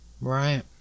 Right